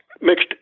mixed